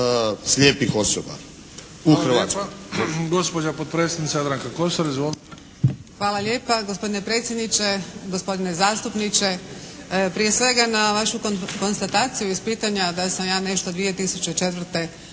slijepe osobe u Hrvatskoj